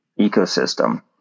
ecosystem